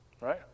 right